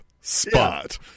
spot